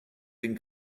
been